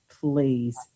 please